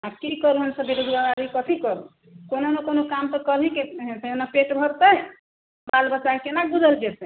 आब की करू हमसब बेरोजगार हइ कथी करू कोनो नहि कोनो काम तऽ करैके हेतै ने एना पेट भरतै बाल बच्चाके कोना गुजर हेतै